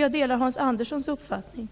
Jag delar Hans Anderssons uppfattning